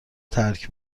ترک